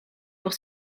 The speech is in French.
pour